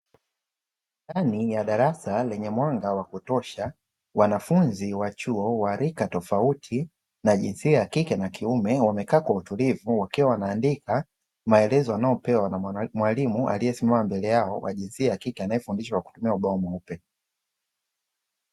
Ndani ya darasa lenye mwanga wa kutosha wanafunzi wa chuo wa rika tofauti na jinsia ya kike na kiume wamekaa kwa utulivu wakiwa wanaandika, maelezo wanayopewa na mwalimu aliyesimama mbele yao wa jinsi ya kike anayefundisha kwa kutumia ubao mweupe.